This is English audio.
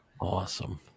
Awesome